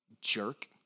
jerk